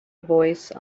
voice